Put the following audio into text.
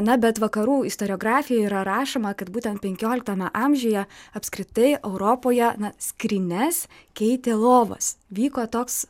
na bet vakarų istoriografijoj yra rašoma kad būtent penkioliktame amžiuje apskritai europoje skrynias keitė lovos vyko toks